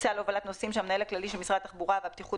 טיסה להובלת נוסעים שהמנהל הכללי של משרד התחבורה והבטיחות